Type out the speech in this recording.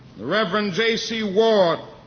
reverend j. c. ward,